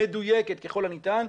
מדויקת ככל הניתן,